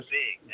big